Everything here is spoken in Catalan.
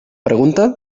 pregunta